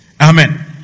Amen